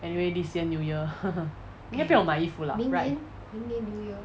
anyway this year new year 应该不用买衣服 lah right